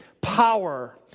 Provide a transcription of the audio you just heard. power